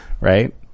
right